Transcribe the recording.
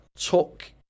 took